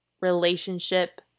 relationship